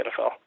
NFL